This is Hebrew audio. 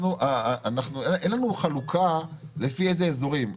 אין לנו חלוקה לפי איזה איזורים.